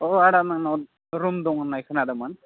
अ आदा नोंनाव रुम दं होन्नाय खोनादोंमोन